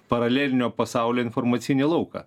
paralelinio pasaulio informacinį lauką